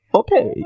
okay